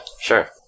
Sure